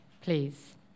please